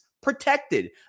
protected